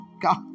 God